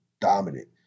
dominant